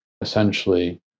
essentially